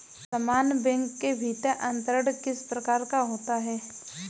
समान बैंक के भीतर अंतरण किस प्रकार का होता है?